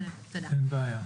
אין בעיה.